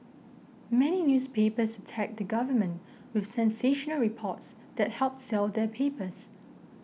many newspapers attack the government with sensational reports that help sell their papers